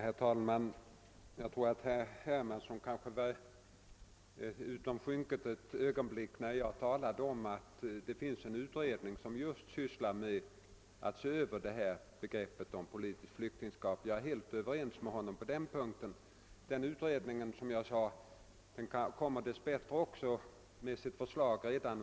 Herr talman! Jag tror att herr Hermansson befann sig utanför kammaren ett ögonblick just när jag talade om att en utredning just sysslar med att se över begreppet politiskt flyktingskap. Jag är helt överens med honom att det behövs en sådan översyn. Och utredningen förväntas, som jag sade, dess bättre framlägga sitt förslag redan